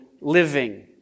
living